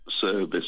service